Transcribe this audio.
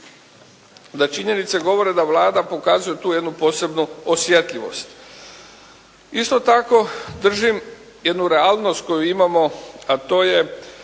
da činjenice govore da Vlada pokazuje tu jednu posebnu osjetljivost. Isto tako držim jednu realnost koju imamo, a to je